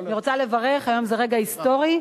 אני רוצה לברך היום זה רגע היסטורי,